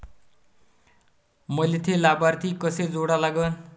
मले थे लाभार्थी कसे जोडा लागन?